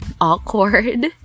awkward